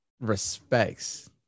respects